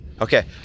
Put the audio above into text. okay